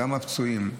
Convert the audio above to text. גם פצועים.